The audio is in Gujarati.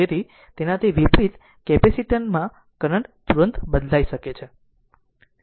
તેથી તેનાથી વિપરીત કેપેસિટર માં કરંટ તુરંત બદલાઈ શકે છે